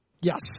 Yes